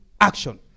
Action